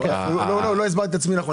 לא, לא הסברתי את עצמי נכון.